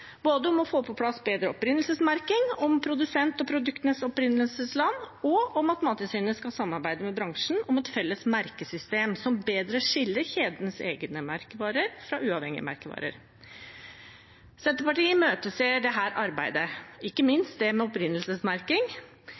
både med tanke på å få på plass bedre opprinnelsesmerking om produsent og produktenes opprinnelsesland og at Mattilsynet skal samarbeide med bransjen om et felles merkesystem som bedre skiller kjedens egne merkevarer fra uavhengige merkevarer. Senterpartiet imøteser dette arbeidet, ikke minst det med opprinnelsesmerking,